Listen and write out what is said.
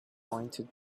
pointed